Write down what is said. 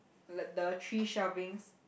like the three shelvings